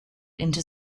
into